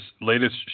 latest